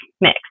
mix